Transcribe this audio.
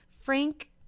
Frank